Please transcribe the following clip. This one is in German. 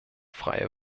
freie